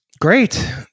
Great